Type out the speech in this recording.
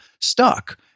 stuck